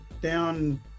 down